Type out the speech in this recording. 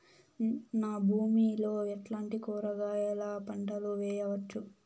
నా భూమి లో ఎట్లాంటి కూరగాయల పంటలు వేయవచ్చు?